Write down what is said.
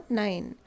nine